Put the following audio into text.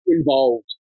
involved